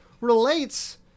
relates